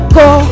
go